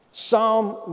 Psalm